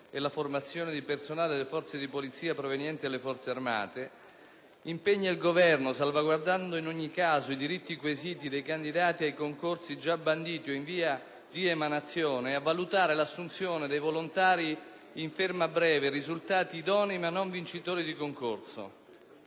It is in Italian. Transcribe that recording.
e la formazione di personale delle forze di polizia provenienti dalle forze armate, impegna il Governo, salvaguardando in ogni caso i diritti quesiti dei candidati di concorsi già banditi o in via di emanazione, a valutare l'assunzione dei volontari in ferma breve risultati idonei ma non vincitori di concorso.